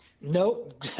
Nope